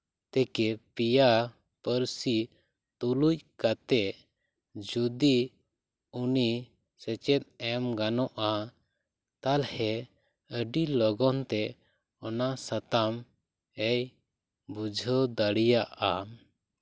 ᱵᱟᱨᱭᱟ ᱛᱷᱮᱠᱮ ᱯᱮᱭᱟ ᱯᱟᱹᱨᱥᱤ ᱛᱩᱞᱩᱡ ᱠᱟᱛᱮ ᱡᱩᱫᱤ ᱩᱱᱤ ᱥᱮᱪᱮᱫ ᱮᱢ ᱜᱟᱱᱚᱜᱼᱟ ᱛᱟᱞᱚᱦᱮ ᱟᱹᱰᱤ ᱞᱚᱜᱚᱱ ᱛᱮ ᱚᱱᱟ ᱥᱟᱛᱟᱢ ᱮᱭ ᱵᱩᱡᱷᱟᱹᱣ ᱫᱟᱲᱮᱭᱟᱜᱼᱟ